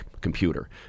computer